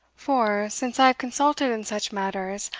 for, since i have consulted in such matters,